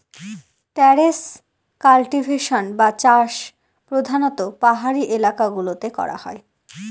terrace cultivation বা চাষ প্রধানত পাহাড়ি এলাকা গুলোতে করা হয়